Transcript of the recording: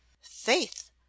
Faith